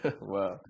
Wow